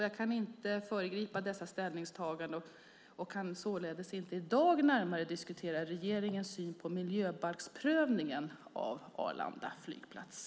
Jag kan inte föregripa dessa ställningstaganden och således inte i dag närmare diskutera regeringens syn på miljöbalksprövningen av Arlanda flygplats.